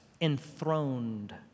enthroned